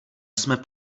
jsme